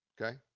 okay